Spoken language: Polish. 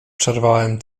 przerwałem